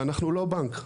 ואנחנו לא בנק.